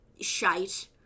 shite